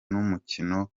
n’umukino